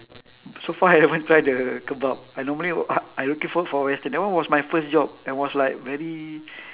so far I haven't try the kebab I normally would I looking for for western that one was my first job I was like very